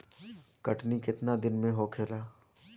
कटनी केतना दिन में होखेला?